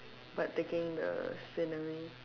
but taking the scenery